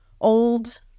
old